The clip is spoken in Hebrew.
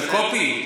בקופי?